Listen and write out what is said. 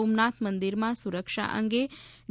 સોમનાથ મંદિરમાં સુરક્ષા અંગે ડી